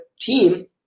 team